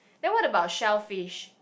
then what about shellfish